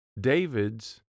David's